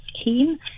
scheme